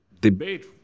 debate